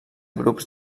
grups